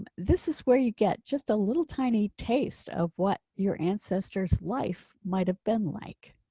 um this is where you get just a little tiny taste of what your ancestors life might have been like